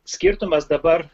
skirtumas dabar